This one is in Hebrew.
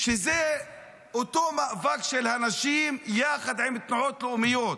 שזה אותו מאבק של הנשים יחד עם תנועות לאומיות.